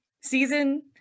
season